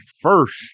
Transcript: first